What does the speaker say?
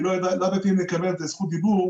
כי לא ידעתי אם אני אקבל את זכות הדיבור.